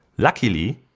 luckily,